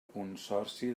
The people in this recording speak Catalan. consorci